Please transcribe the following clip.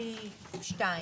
בסעיף